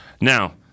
now